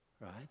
Right